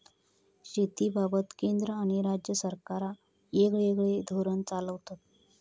शेतीबाबत केंद्र आणि राज्य सरकारा येगयेगळे धोरण चालवतत